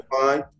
fine